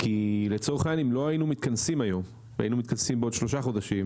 כל לצורך העניין אם לא היינו מתכנסים בעוד שלושה חודשים